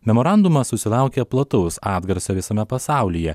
memorandumas susilaukė plataus atgarsio visame pasaulyje